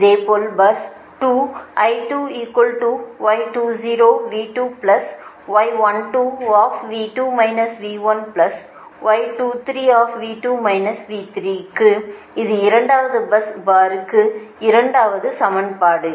இதேபோல் பஸ் 2 க்கு இது இரண்டாவது பஸ் பாருக்கு இரண்டாவது சமன்பாடு